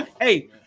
Hey